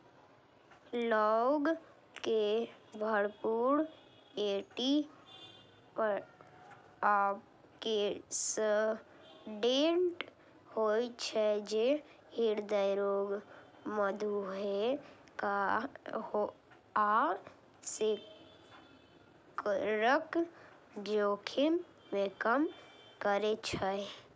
लौंग मे भरपूर एटी ऑक्सिडेंट होइ छै, जे हृदय रोग, मधुमेह आ कैंसरक जोखिम कें कम करै छै